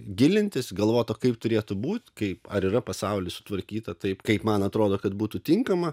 gilintis galvot o kaip turėtų būti kaip ar yra pasaulyje sutvarkyta taip kaip man atrodo kad būtų tinkama